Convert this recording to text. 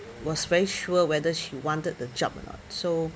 was very sure whether she wanted the job or not so